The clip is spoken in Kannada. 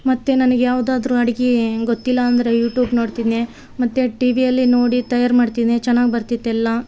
ಮತ್ತು ನನಗೆ ಯಾವುದಾದ್ರು ಅಡಿಗೆ ಗೊತ್ತಿಲ್ಲ ಅಂದ್ರೆ ಯೂಟ್ಯೂಬ್ ನೋಡ್ತಿದ್ದೆ ಮತ್ತು ಟಿ ವಿಯಲ್ಲಿ ನೋಡಿ ತಯಾರು ಮಾಡ್ತೀನಿ ಚೆನ್ನಾಗ್ ಬರ್ತಿತ್ತು ಎಲ್ಲ